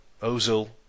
Ozil